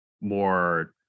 more